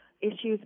issues